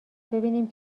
ببینیم